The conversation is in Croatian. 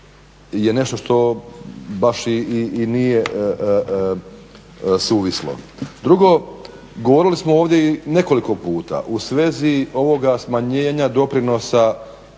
je nešto što baš i nije suvislo. Drugo, govorili smo ovdje i nekoliko puta u svezi ovoga smanjenja doprinosa